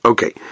Okay